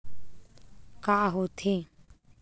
का होथे?